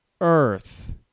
Earth